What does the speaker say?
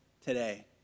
today